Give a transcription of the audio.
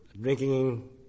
drinking